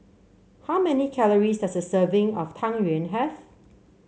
how many calories does a serving of Tang Yuen have